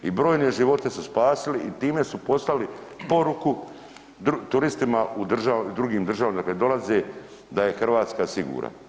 I brojne živote su spasili i time su poslali poruku turistima u drugim državama odakle dolaze da je Hrvatska sigurna.